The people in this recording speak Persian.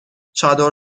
چادر